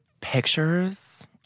pictures